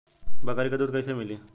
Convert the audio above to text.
बकरी क दूध कईसे मिली?